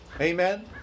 Amen